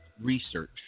research